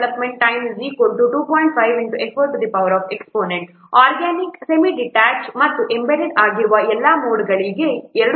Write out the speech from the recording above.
5exponent organic semi ಡಿಟ್ಯಾಚ್ಗೆ ಮತ್ತು embedded ಆಗಿರುವ ಎಲ್ಲಾ ಮೋಡ್ಗಳಿಗೆ 2